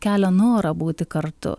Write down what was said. kelia norą būti kartu